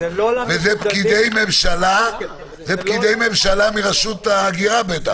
וזה פקידי ממשלה מרשות ההגירה בטח.